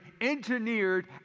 engineered